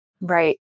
Right